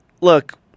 Look